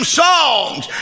songs